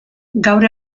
gaur